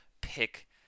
pick